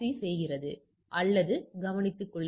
எனவே நாம் என்ன செய்யவேண்டும்